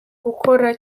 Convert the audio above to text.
gukora